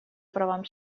правам